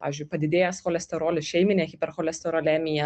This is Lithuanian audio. pavyzdžiui padidėjęs cholesterolis šeiminė hipercholesterolemija